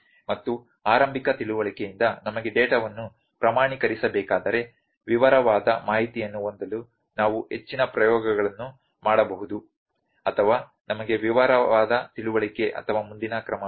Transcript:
ಮತ್ತು ಆರಂಭಿಕ ತಿಳುವಳಿಕೆಯಿಂದ ನಮಗೆ ಡೇಟಾವನ್ನು ಪ್ರಮಾಣೀಕರಿಸಬೇಕಾದರೆ ವಿವರವಾದ ಮಾಹಿತಿಯನ್ನು ಹೊಂದಲು ನಾವು ಹೆಚ್ಚಿನ ಪ್ರಯೋಗಗಳನ್ನು ಮಾಡಬಹುದು ಅಥವಾ ನಮಗೆ ವಿವರವಾದ ತಿಳುವಳಿಕೆ ಅಥವಾ ಮುಂದಿನ ಕ್ರಮವಿದೆ